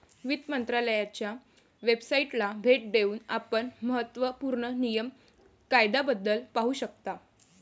वित्त मंत्रालयाच्या वेबसाइटला भेट देऊन आपण महत्त्व पूर्ण नियम कायद्याबद्दल पाहू शकता